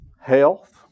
health